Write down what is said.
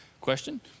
question